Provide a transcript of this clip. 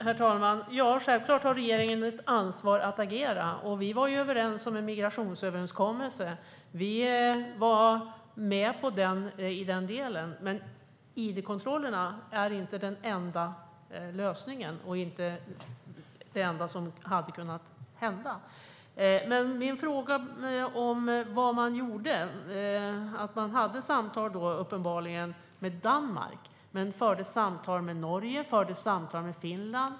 Herr talman! Självklart har regeringen ett ansvar att agera, och vi var överens om en migrationsuppgörelse. Vi var med i den delen, men id-kontroller är inte den enda lösningen och det enda som hade kunnat hända. Jag frågade vad man gjorde, och uppenbarligen hade man samtal med Danmark. Men fördes det samtal med Norge och Finland?